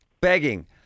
begging